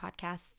podcasts